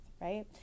right